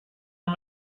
how